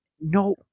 No